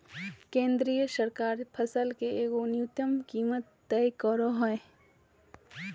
केंद्र सरकार फसल के एगो न्यूनतम कीमत तय करो हइ